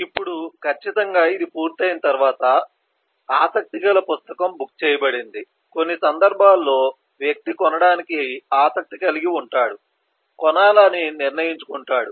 ఇప్పుడు ఖచ్చితంగా ఇది పూర్తయిన తర్వాత ఆసక్తిగల పుస్తకం బుక్ చేయబడింది కొన్ని సందర్భాల్లో వ్యక్తి కొనడానికి ఆసక్తి కలిగి ఉంటాడు కొనాలని నిర్ణయించుకుంటాడు